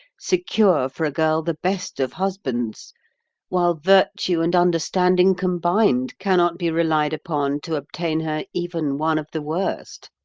secure for a girl the best of husbands while virtue and understanding combined cannot be relied upon to obtain her even one of the worst.